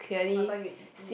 oh my god you you